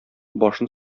башын